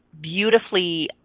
beautifully